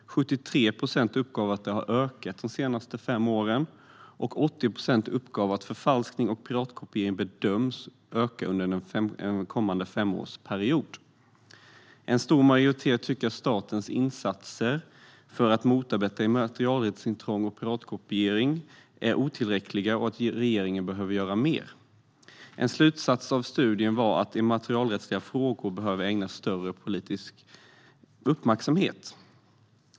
73 procent uppgav att det har ökat de senaste fem åren, och 80 procent uppgav att förfalskning och piratkopiering bedöms öka under den kommande femårsperioden. En stor majoritet tyckte också att statens insatser för att motarbeta immaterialrättsintrång och piratkopiering är otillräckliga och att regeringen behöver göra mer. En slutsats av studien är att immaterialrättsliga frågor behöver ägnas större politisk uppmärksamhet.